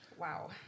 Wow